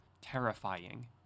terrifying